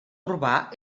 urbà